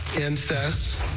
incest